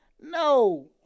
No